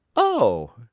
oh!